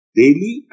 daily